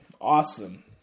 Awesome